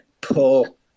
pull